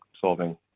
solving